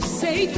say